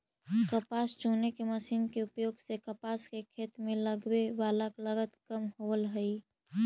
कपास चुने के मशीन के उपयोग से कपास के खेत में लगवे वाला लगत कम होवऽ हई